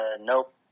Nope